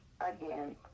again